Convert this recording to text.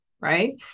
right